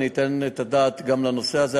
אני אתן את הדעת גם לנושא הזה.